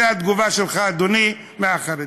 זו התגובה שלך, אדוני, על החרדים.